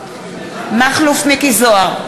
תלמידים?